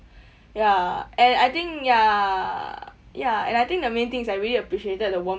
ya and I think ya ya and I think the main thing is I really appreciated the warm